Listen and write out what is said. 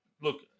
look